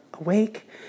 awake